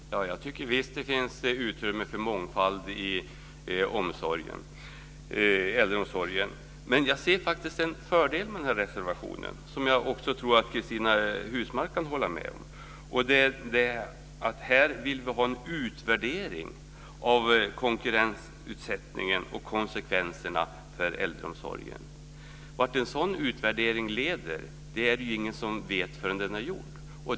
Herr talman! Jag tycker visst att det finns utrymme för mångfald i äldreomsorgen. Men jag ser faktiskt att det finns en fördel med den här reservationen - det tror jag också att Cristina Husmark Pehrsson kan hålla med om - och det är att vi vill ha en utvärdering av konkurrensutsättningen och dess konsekvenser för äldreomsorgen. Vad en sådan utvärdering leder till är det ju ingen som vet förrän den är gjord.